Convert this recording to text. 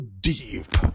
deep